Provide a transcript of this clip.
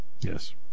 Yes